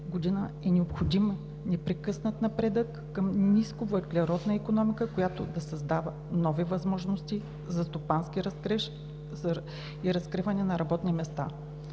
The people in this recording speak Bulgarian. г., е необходим непрекъснат напредък към нисковъглеродна икономика, която да създава нови възможности за стопански растеж и разкриване на работни места.